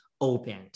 opened